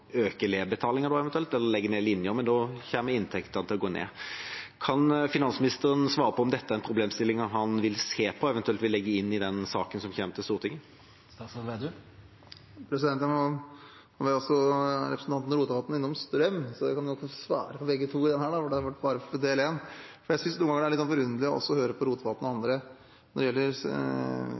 øke elevbetalingen eller legge ned linjer, men da kommer inntektene til å gå ned. Kan finansministeren svare på om dette er en problemstilling han vil se på, eventuelt legge inn i den saken som kommer til Stortinget? Representanten Rotevatn var også innom strøm, så jeg kan jo svare på det også her, siden jeg svarte bare på første del av spørsmålet i sted. Jeg synes det noen ganger er litt forunderlig å høre fra Rotevatn og andre at de er så bekymret for de generelle strømprisene, når